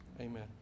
Amen